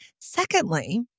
Secondly